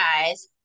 guys